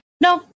No